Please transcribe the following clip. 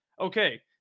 okay